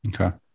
Okay